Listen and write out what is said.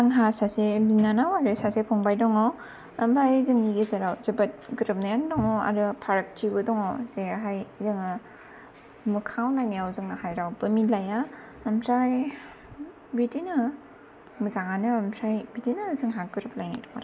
आंहा सासे बिनानाव आरो सासे फंबाय दङ ओमफ्राय जोंनि गेजेराव जोबोत गोरोबनायानो दङ आरो फारागथिबो दङ जेरावहाय जोङो मोखाङाव नायनायाव जोंना हाय रावबो मिलाया ओमफ्राय बिदिनो मोजाङानो ओमफ्राय बिदिनो जोंहा गोरोबलायनाय दं आरो